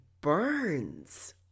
burns